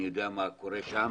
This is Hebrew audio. אני יודע מה קורה שם.